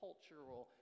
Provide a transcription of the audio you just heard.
Cultural